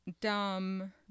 dumb